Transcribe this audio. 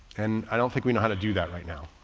and i don't think we know how to do that right now.